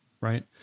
right